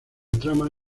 trama